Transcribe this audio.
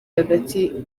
hagati